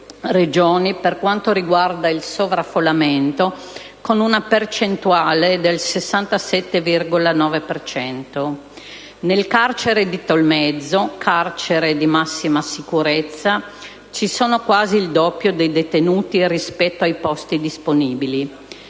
Regioni per quanto riguarda il sovraffollamento con una percentuale di 67,9 per cento; nel carcere di Tolmezzo, carcere di massima sicurezza, ci sono quasi il doppio dei detenuti rispetto ai posti disponibili.